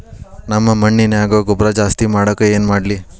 ನಮ್ಮ ಮಣ್ಣಿನ್ಯಾಗ ಗೊಬ್ರಾ ಜಾಸ್ತಿ ಮಾಡಾಕ ಏನ್ ಮಾಡ್ಲಿ?